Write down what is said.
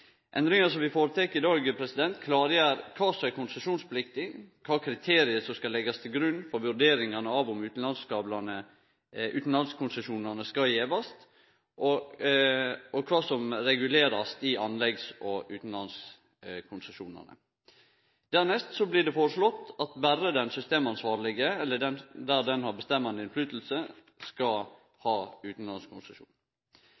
vi føretek i dag, klargjer kva som er konsesjonspliktig, kva for kriterium som skal leggjast til grunn for vurderingane av om utanlandskonsesjonane skal gjevast, og kva som skal regulerast i anleggs- og utanlandskonsesjonane. Dernest blir det foreslått at berre den systemansvarlege, eller der denne har bestemmande innflytelse, skal